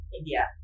India